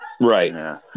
Right